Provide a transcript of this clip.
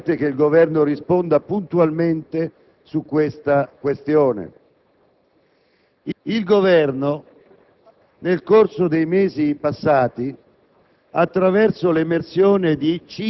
Chiedo, signor Presidente, che il Governo risponda puntualmente sulla questione. Il Governo, nel corso dei mesi passati,